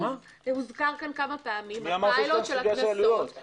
הוזכר פה כמה פעמים הפילוט של הקנסות,